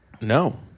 No